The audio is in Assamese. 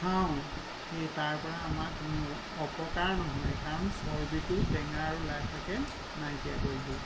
খাওঁ সেই তাৰপৰা আমাৰ কোনো অপকাৰ নহয় কাৰণ চৰ্বিটো টেঙা আৰু লাই শাকে নাইকিয়া কৰি দিয়ে